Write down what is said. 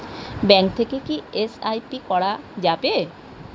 Bank থেকে কী SIP করা যাবে?